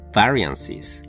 variances